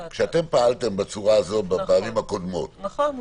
-- כשאתם פעלתם בצורה הזו בפעמים הקודמות- - נכון,